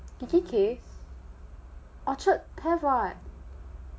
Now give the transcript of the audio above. kikki K orchard have [what]